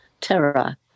terror